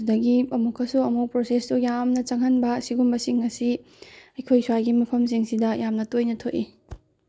ꯑꯗꯨꯗꯒꯤ ꯑꯃꯨꯛꯀꯁꯨ ꯑꯃꯨꯛ ꯄ꯭ꯔꯣꯁꯦꯁꯁꯨ ꯌꯥꯝꯅ ꯆꯪꯍꯟꯕ ꯁꯤꯒꯨꯝꯕꯁꯤꯡ ꯑꯁꯤ ꯑꯩꯈꯣꯏ ꯁ꯭ꯋꯥꯏꯒꯤ ꯃꯐꯝꯁꯤꯡꯁꯤꯗ ꯌꯥꯝꯅ ꯇꯣꯏꯅ ꯊꯣꯛꯏ